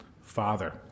Father